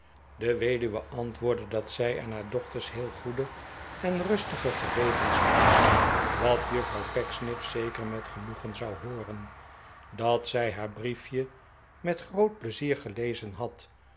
de weduwe antwoordde dat zij en haar dochters heel goede en rustige gewetens hadden wat juffrouw pecksniff zeker met genoegen zou hooren dat zij haar brief je met groot pleizier gelezen had